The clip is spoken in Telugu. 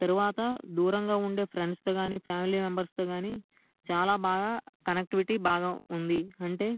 తరువాత దూరంగా ఉండే ఫ్రెండ్స్తో కానీ ఫామిలీ మెంబర్స్తో కానీ చాలా బాగా కనెక్టివిటీ బాగా ఉంది అంటే